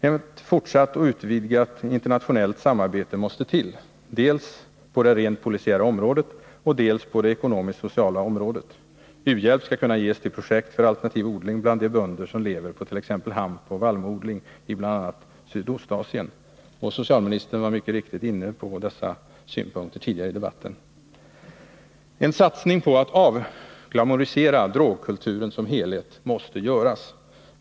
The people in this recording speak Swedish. Ett fortsatt och utvidgat internationellt samarbete måste till, dels på det rent polisiära området, dels på det ekonomisk-sociala området. U-hjälp skall kunna ges till projekt för alternativ odling bland de bönder som lever på t.ex. hampoch vallmoodling i bl.a. Sydostasien. Socialministern var mycket riktigt inne på dessa synpunkter tidigare i debatten. En satsning på att ”avglamourisera” drogkulturen som helhet måste göras.